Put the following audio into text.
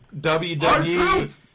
WWE